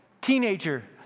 teenager